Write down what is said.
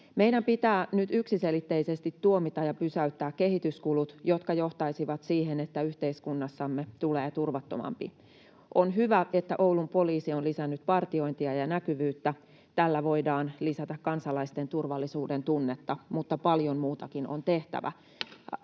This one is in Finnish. Meidän pitää nyt yksiselitteisesti tuomita ja pysäyttää kehityskulut, jotka johtaisivat siihen, että yhteiskunnastamme tulee turvattomampi. On hyvä, että Oulun poliisi on lisännyt vartiointia ja näkyvyyttä, tällä voidaan lisätä kansalaisten turvallisuudentunnetta, mutta paljon muutakin on tehtävä.